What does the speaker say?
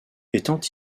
étant